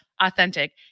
authentic